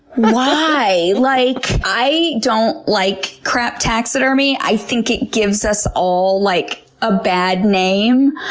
why? like i don't like crap taxidermy. i think it gives us all like a bad name.